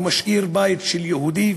ומשאיר בית של יהודי,